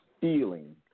feeling